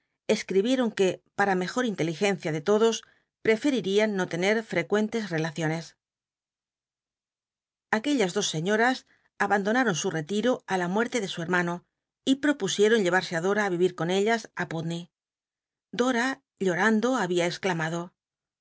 escj'ibieron que para mejo inteligencia de todos prefeian no tener fecuentcs elaciones aquellas dos seiíoras abandonaon su retiro i la muerte de su hermano y p opusieron llcarsc i do a á ivir con ellas i putncy dora llorando había exclamado